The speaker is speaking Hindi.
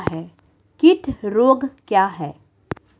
कीट रोग क्या है?